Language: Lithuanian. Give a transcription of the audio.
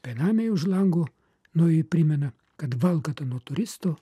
benamiai už lango nojui primena kad valkata nuo turisto